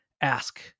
ask